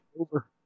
Over